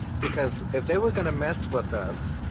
because if they were going to mess with us,